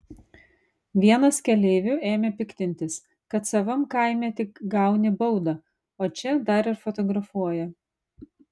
vienas keleivių ėmė piktintis kad savam kaime tik gauni baudą o čia dar ir fotografuoja